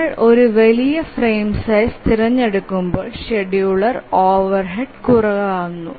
നമ്മൾ ഒരു വലിയ ഫ്രെയിം സൈസ് തിരഞ്ഞെടുക്കുമ്പോൾ ഷെഡ്യൂളർ ഓവർഹെഡ് കുറവാണ്